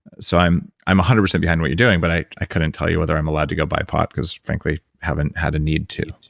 so i'm one hundred percent behind what you're doing. but i i couldn't tell you whether i'm allowed to go buy pot, cause frankly, haven't had a need to.